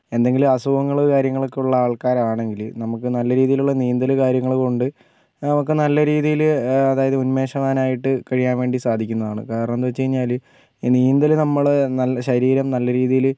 എന്തെങ്കിലും അസുഖങ്ങള് കാര്യങ്ങളൊക്കെ ഉള്ള ആൾക്കാരണെങ്കില് നമുക്ക് നല്ല രീതിയിലുള്ള നീന്തല് കാര്യങ്ങള് കൊണ്ട് അവർക്ക് നല്ല രീതിയില് അതായത് ഉന്മേഷവനായിട്ട് ആയിട്ട് കഴിയ്യാൻ വേണ്ടി സാധിക്കുന്നതാണ് കാരണം എന്തെന്നു വച്ചുകഴിഞ്ഞാൽ ഈ നീന്തല് നമ്മളുടെ ശരീരം നല്ല രീതിയില്